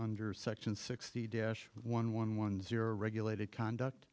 under section sixty dash one one one zero regulated conduct